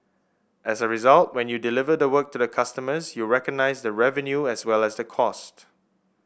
as a result when you deliver the work to the customers you recognise the revenue as well as the cost